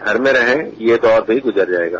घर में रहें ये दौर भी गुजर जाएगा